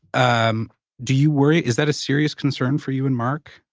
um do you worry? is that a serious concern for you and mark?